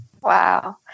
Wow